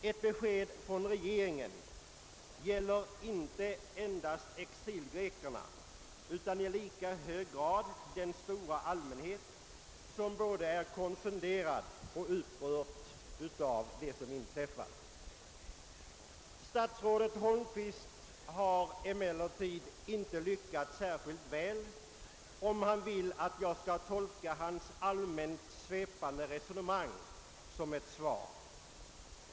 Ett besked från regeringen gäller inte endast exilgrekerna utan i lika hög grad den stora allmänhet som både är konfunderad och upprörd av det som inträffat. Statsrådet Holmqvist har emellertid inte lyckats särskilt väl, om han vill att jag skall tolka hans allmänt svepande resonemang som ett svar.